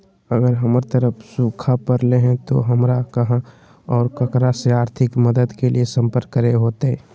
अगर हमर तरफ सुखा परले है तो, हमरा कहा और ककरा से आर्थिक मदद के लिए सम्पर्क करे होतय?